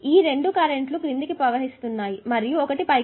ఈ 2 కరెంట్లు క్రిందికి ప్రవహిస్తున్నాయి మరియు ఒకటి పైకి ప్రవహిస్తుంది